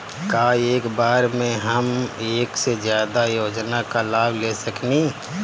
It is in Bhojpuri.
का एक बार में हम एक से ज्यादा योजना का लाभ ले सकेनी?